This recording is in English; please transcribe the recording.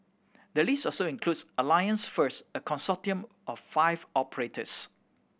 the list also includes Alliance First a consortium of five operators